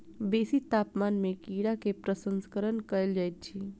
बेसी तापमान में कीड़ा के प्रसंस्करण कयल जाइत अछि